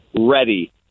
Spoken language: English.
ready